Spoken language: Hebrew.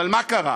אבל מה קרה?